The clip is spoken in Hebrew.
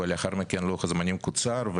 ולאחר מכן לוח הזמנים קוצר.